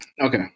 Okay